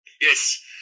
Yes